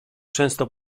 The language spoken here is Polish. często